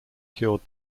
cured